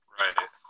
right